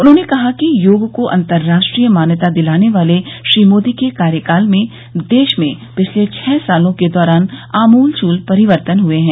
उन्होंने कहा कि योग को अतंराष्ट्रीय मान्यता दिलाने वाले श्री मोदी के कार्यकाल में देश में पिछले छह सालों के दौरान आमूल चूल परिवर्तन हुए है